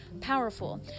powerful